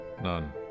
none